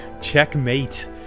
Checkmate